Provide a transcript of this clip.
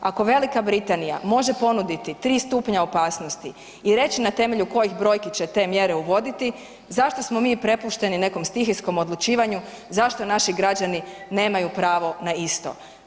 Ako Velika Britanija može ponuditi 3 stupnja opasnosti i reći na temelju kojih brojki će te mjere uvoditi zašto smo mi prepušteni nekom stihijskom odlučivanju, zašto naši građani nemaju pravo na isto.